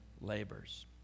labors